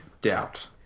doubt